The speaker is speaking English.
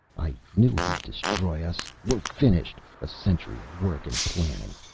i knew he'd destroy us. we're finished. a century of work and planning.